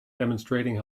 demonstrating